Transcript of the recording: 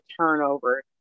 turnover